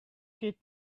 kit